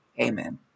Amen